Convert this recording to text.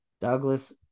Douglas